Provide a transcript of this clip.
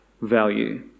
value